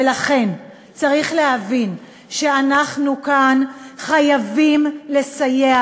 ולכן צריך להבין שאנחנו כאן חייבים לסייע